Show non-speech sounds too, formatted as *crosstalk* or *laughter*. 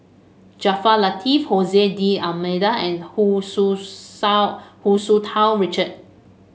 Jaafar Latiff *unintelligible* D'Almeida and Hu Tsu *unintelligible* Hu Tsu Tau Richard